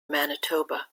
manitoba